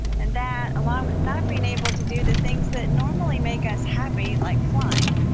and that, along with not being able to do the things that normally make us happy, like flying,